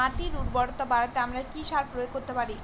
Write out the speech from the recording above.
মাটির উর্বরতা বাড়াতে আমরা কি সার প্রয়োগ করতে পারি?